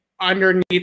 underneath